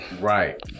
Right